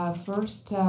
ah first,